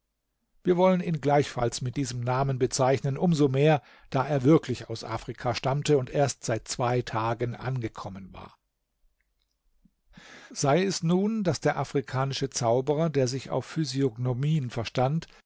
wir wollen ihn gleichfalls mit diesem namen bezeichnen um so mehr da er wirklich aus afrika stammte und erst seit zwei tagen angekommen war sei es nun daß der afrikanische zauberer der sich auf physiognomien verstand